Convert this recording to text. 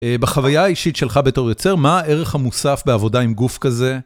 בחוויה האישית שלך בתור יוצר, מה הערך המוסף בעבודה עם גוף כזה?